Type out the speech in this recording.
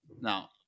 Now